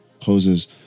poses